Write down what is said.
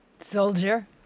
Soldier